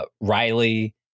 riley